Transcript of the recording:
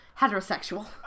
heterosexual